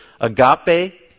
agape